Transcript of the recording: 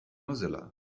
mozilla